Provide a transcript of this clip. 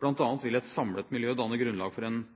Blant annet vil et samlet miljø danne grunnlag for en